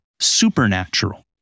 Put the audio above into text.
supernatural